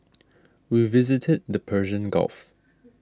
we visited the Persian Gulf